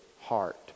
heart